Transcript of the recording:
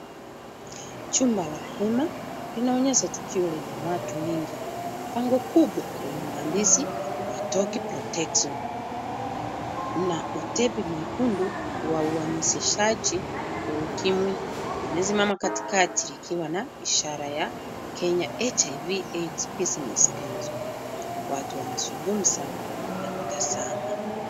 Chumba la hema linaonyesha tukio lenye watu wengi. Bango kubwa yenye mahandishi We Take Protection na utepe mwekundu wa uhamasishaji wa ukimwi umesimama katikati ikiwa na ishara ya Kenya HIV/AIDs Business Counsel. Watu wanazungumza na kutazama.